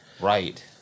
Right